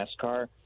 NASCAR